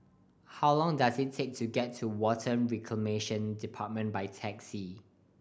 how long does it take to get to Water Reclamation Department by taxi